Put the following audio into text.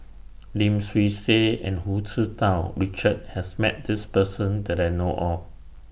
Lim Swee Say and Hu Tsu Tau Richard has Met This Person that I know of